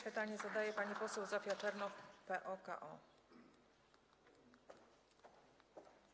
Pytanie zadaje pani poseł Zofia Czernow, PO-KO.